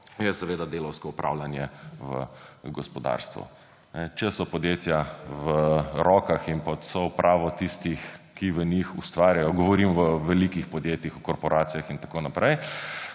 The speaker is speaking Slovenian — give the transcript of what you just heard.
je seveda delavsko upravljanje v gospodarstvu. Če so podjetja v rokah in pod soupravo tistih, ki v njih ustvarjajo, govorim o velikih podjetjih, o korporacijah in tako naprej,